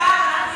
אל תיתממי, מירב.